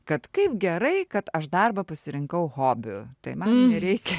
kad kaip gerai kad aš darbą pasirinkau hobiu tai man nereikia